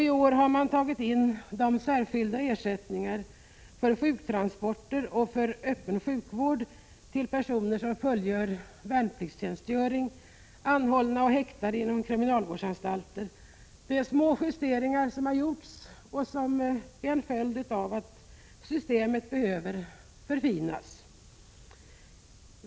I år har man också tagit in de särskilda ersättningarna för sjuktransporter och för öppen sjukvård åt personer som fullgör värnpliktstjänstgöring samt anhållna och häktade vid kriminalvårdsanstalter. Det är små justeringar som har gjorts som en följd av att systemet behöver förfinas.